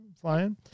Flying